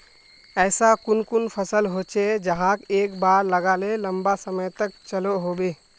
ऐसा कुन कुन फसल होचे जहाक एक बार लगाले लंबा समय तक चलो होबे?